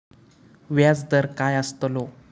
व्याज दर काय आस्तलो?